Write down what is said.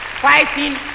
fighting